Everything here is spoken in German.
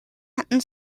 hatten